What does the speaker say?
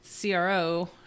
CRO